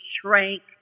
shrank